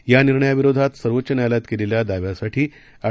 या निर्णयाविरोधात सर्वाच्च न्यायालायात केलेल्या दाव्यासाठी अँड